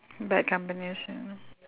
bad companies ah